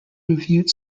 reviewed